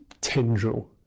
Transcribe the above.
tendril